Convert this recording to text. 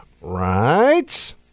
right